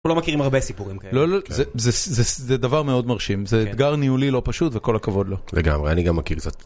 אנחנו לא מכירים הרבה סיפורים כאלה. לא לא, זה דבר מאוד מרשים, זה אתגר ניהולי לא פשוט וכל הכבוד לו. לגמרי, אני גם מכיר קצת.